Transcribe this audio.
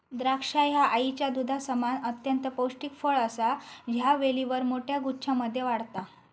द्राक्षा ह्या आईच्या दुधासमान अत्यंत पौष्टिक फळ असा ह्या वेलीवर मोठ्या गुच्छांमध्ये वाढता